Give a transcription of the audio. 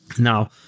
Now